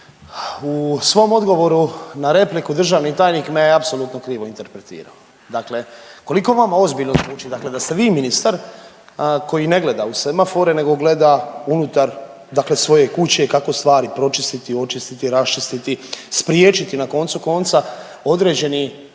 u svom odgovoru na repliku državni tajnik me apsolutno krivo interpretirao. Dakle, koliko vama ozbiljno zvuči dakle da ste vi ministar koji ne gleda u semafore nego gleda unutar dakle svoje kuće kako stvari pročistiti, očistiti, raščistiti, spriječiti na koncu konca određeni